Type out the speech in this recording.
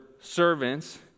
servants